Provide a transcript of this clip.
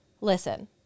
Listen